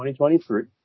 2023